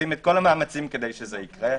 עושים את כל המאמצים כדי שזה יקרה.